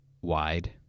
wide